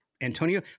Antonio